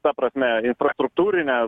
ta prasme infrastruktūrine